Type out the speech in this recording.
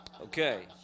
Okay